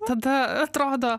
tada atrodo